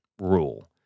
rule